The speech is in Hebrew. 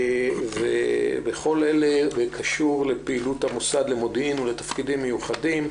וכל אלה בקשור לפעילות המוסד למודיעין ולתפקידים מיוחדים.